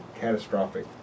catastrophic